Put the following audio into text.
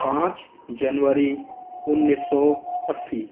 पाँच जनवरी उन्नीस सौ अस्सी